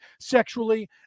sexually